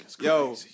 Yo